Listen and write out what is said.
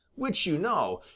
which, you know,